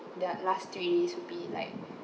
their last three should be like